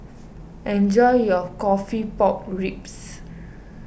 enjoy your Coffee Pork Ribs